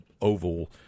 oval